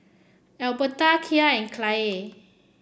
Albertha Kya and Kyleigh